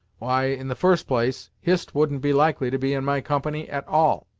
why, in the first place, hist wouldn't be likely to be in my company at all,